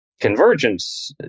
convergence